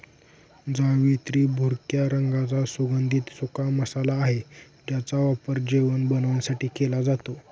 जावेत्री भुरक्या रंगाचा सुगंधित सुका मसाला आहे ज्याचा वापर जेवण बनवण्यासाठी केला जातो